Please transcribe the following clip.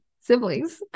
siblings